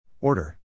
order